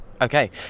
okay